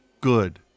good